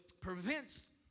prevents